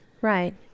Right